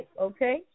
okay